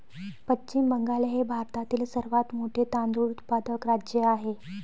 पश्चिम बंगाल हे भारतातील सर्वात मोठे तांदूळ उत्पादक राज्य आहे